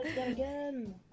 again